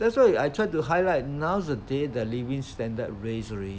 that's why I try to highlight nowadays the living standard raise already